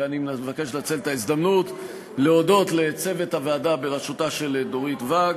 ואני מבקש לנצל את ההזדמנות להודות לצוות הוועדה בראשותה של דורית ואג,